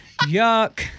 Yuck